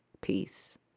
peace